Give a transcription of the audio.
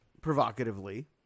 provocatively